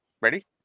Ready